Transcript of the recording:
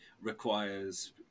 requires